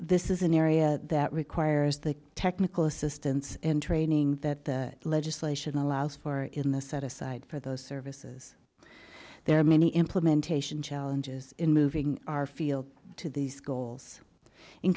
this is an area that requires the technical assistance and training that the legislation allows for in the set aside for those services there are many implementation challenges in moving our field to these goals in